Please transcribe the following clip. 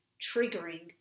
triggering